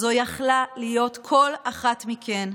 זו יכלה להיות כל אחת מכן,